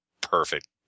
perfect